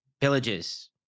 villages